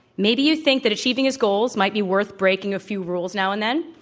maybe you think thatachieving his goals might be worth breaking a few rules now and then.